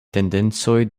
tendencoj